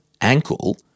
ankle